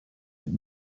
mit